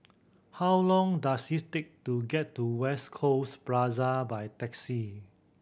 how long does it take to get to West Coast Plaza by taxi